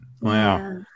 Wow